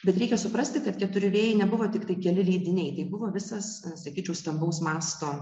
bet reikia suprasti kad keturi vėjai nebuvo tiktai keli leidiniai tai buvo visas sakyčiau stambaus masto